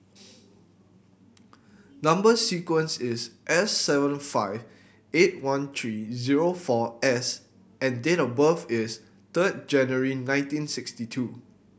number sequence is S seven five eight one three zero four S and date of birth is third January nineteen sixty two